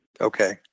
Okay